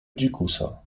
dzikusa